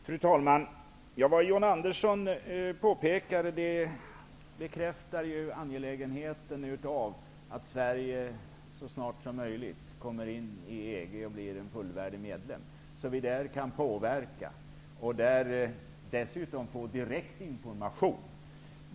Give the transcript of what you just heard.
Fru talman! Vad John Andersson påpekade bekräftar angelägenheten av att Sverige så snart som möjligt kommer in i EG som fullvärdig medlem, så att vi där kan påverka och dessutom få direkt information.